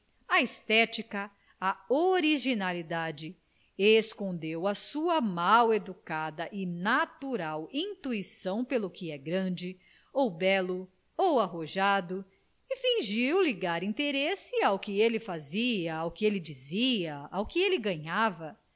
a estética a originalidade escondeu a sua mal-educada e natural intuição pelo que é grande ou belo ou arrojado e fingiu ligar interesse ao que ele fazia ao que ele dizia ao que ele ganhava